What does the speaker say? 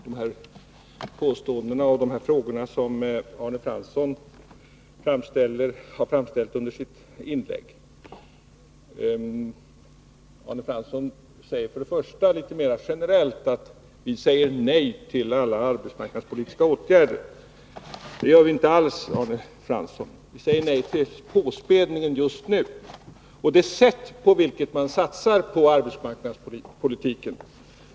sättningsåtgärder Herr talman! Jag skall direkt be att få bemöta de påståenden och de frågor — mm.m. som Arne Fransson har framställt under sitt inlägg. Arne Fransson säger för det första litet mera generellt att vi säger nej till alla arbetsmarknadspolitiska åtgärder. Det gör vi inte alls, Arne Fransson. Vi säger nej till påspädningen just nu, och till det sätt på vilket man satsar på arbetsmarknadspolitiken.